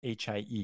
HIE